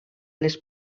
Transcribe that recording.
les